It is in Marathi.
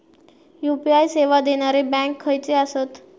यू.पी.आय सेवा देणारे बँक खयचे आसत?